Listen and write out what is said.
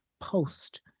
post